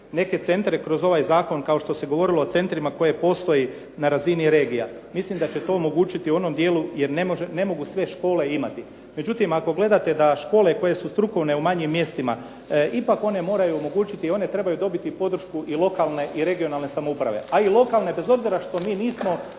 Neke centre kroz ovaj zakon kao što se govorilo o centrima koje postoji na razini regija. Mislim da će to omogućiti onom dijelu jer ne mogu sve škole imati. Međutim, ako gledate da škole koje su strukovne u manjim mjestima ipak one moraju omogućiti i one trebaju dobiti podršku i lokalne i regionalne samouprave a i lokalne bez obzira što mi nismo